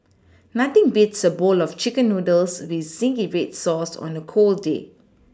nothing beats a bowl of chicken noodles with zingy red sauce on a cold day